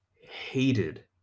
hated